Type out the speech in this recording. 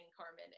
Carmen